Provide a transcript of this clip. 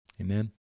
Amen